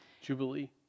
Jubilee